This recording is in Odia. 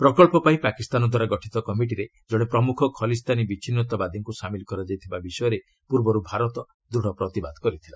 ପ୍ରକନ୍ଧ ପାଇଁ ପାକିସ୍ତାନଦ୍ୱାରା ଗଠିତ କମିଟିରେ ଜଣେ ପ୍ରମୁଖ ଖଲିସ୍ତାନୀ ବିଚ୍ଛିନ୍ନତାବାଦୀକୁ ସାମିଲ୍ କରାଯାଇଥିବା ବିଷୟରେ ପୂର୍ବରୁ ଭାରତ ଦୃଢ଼ ପ୍ରତିବାଦ କରିଥିଲା